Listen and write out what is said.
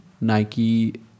Nike